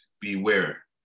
beware